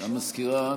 המזכירה,